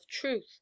truth